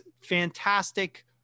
fantastic